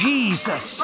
Jesus